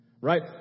Right